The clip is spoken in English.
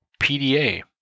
PDA